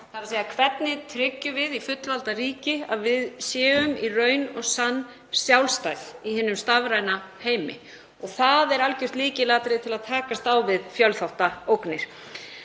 hvernig við tryggjum í fullvalda ríki að við séum í raun og sann sjálfstæð í hinum stafræna heimi. Það er algjört lykilatriði til að takast á við fjölþáttaógnir.